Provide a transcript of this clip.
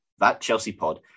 thatchelseapod